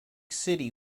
city